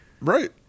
Right